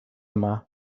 yma